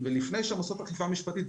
לפני שהם עושים אכיפה משפטית.